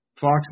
Fox